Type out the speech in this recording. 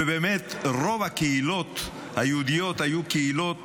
ובאמת רוב הקהילות היהודיות היו קהילות